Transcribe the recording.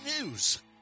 news